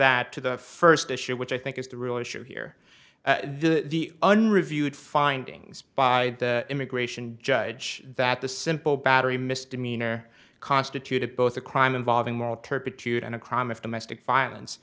that to the first issue which i think is the real issue here the un reviewed findings by the immigration judge that the simple battery misdemeanor constituted both a crime involving moral turpitude and a crime of domestic violence